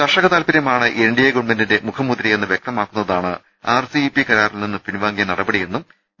കർഷകതാത്പരൃമാണ് N D A ഗവൺമെ ന്റിന്റെ മുഖമുദ്രയെന്ന് വൃക്തമാക്കുന്നതാണ് ആർ സി ഇ പി കരാ റിൽ നിന്ന് പിൻവാങ്ങിയ നടപടിയെന്നും വി